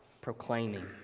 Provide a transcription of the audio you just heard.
proclaiming